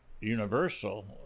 Universal